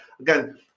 again